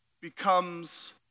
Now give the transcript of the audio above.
becomes